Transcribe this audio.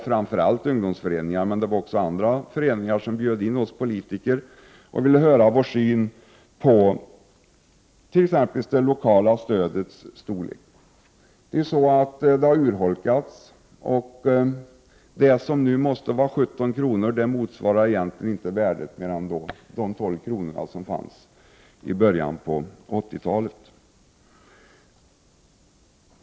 Framför allt ungdomsföreningar men också andra inbjöd oss politiker till sig och ville höra våra synpunkter på exempelvis det lokala stödets storlek. Det har ju urholkats. 17 kr. i dag motsvarar inte mer än värdet på de tolv kronor som utgick i början på 1980-talet.